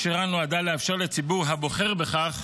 הקומה הכשרה נועדה לאפשר לציבור הבוחר בכך